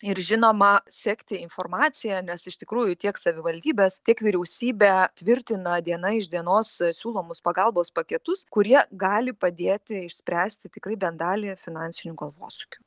ir žinoma sekti informaciją nes iš tikrųjų tiek savivaldybės tiek vyriausybė tvirtina diena iš dienos siūlomus pagalbos paketus kurie gali padėti išspręsti tikrai bent dalį finansinių galvosūkių